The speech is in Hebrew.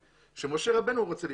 כשמשה רבנו רוצה להתחתן,